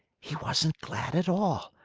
he wasn't glad at all,